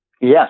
Yes